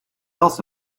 else